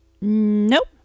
nope